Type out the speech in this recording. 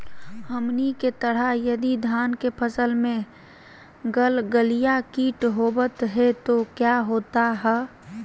हमनी के तरह यदि धान के फसल में गलगलिया किट होबत है तो क्या होता ह?